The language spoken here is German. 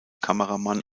kameramann